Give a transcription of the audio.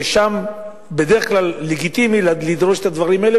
ששם בדרך כלל לגיטימי לדרוש את הדברים האלה,